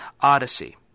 odyssey